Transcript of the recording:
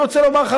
אני רוצה לומר לך,